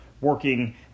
working